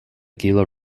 gila